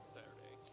Saturday